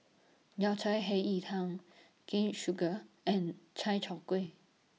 Yao Cai Hei Yi Tang Sugar Cane Juice and Chai Tow Kuay